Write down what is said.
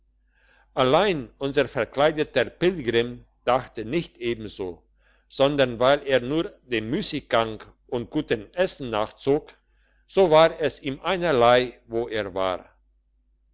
allein unser verkleideter pilgrim dachte nicht ebenso sondern weil er nur dem müssiggang und guten essen nachzog so war es ihm einerlei wo er war